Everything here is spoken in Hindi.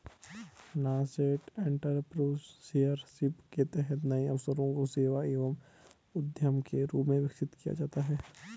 नासेंट एंटरप्रेन्योरशिप के तहत नए अवसरों को सेवा एवं उद्यम के रूप में विकसित किया जाता है